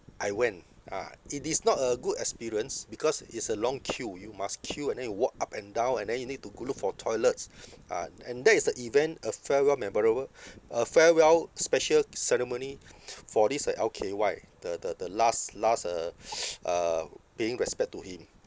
I went ah it is not a good experience because is a long queue you must queue and then you walk up and down and then you need to go look for toilets ah and that is the event a farewell memorable a farewell special ceremony for this uh L_K_Y the the the last last uh uh paying respect to him